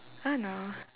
I don't know